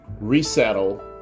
Resettle